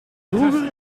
wilde